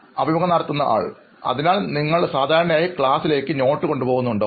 അഭിമുഖംനടത്തുന്നയാൾ അതിനാൽ നിങ്ങൾ സാധാരണയായി ക്ലാസിലേക്ക് പകർപ്പുകൾ കൊണ്ടു പോകാറുണ്ടോ